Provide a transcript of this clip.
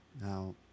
Now